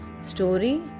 story